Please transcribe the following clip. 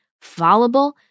fallible